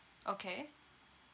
okay